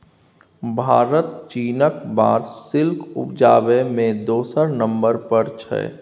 भारत चीनक बाद सिल्क उपजाबै मे दोसर नंबर पर छै